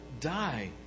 die